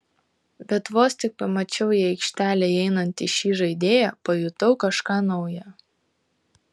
bet vos tik pamačiau į aikštelę įeinantį šį žaidėją pajutau kažką nauja